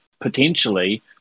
potentially